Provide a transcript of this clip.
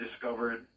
discovered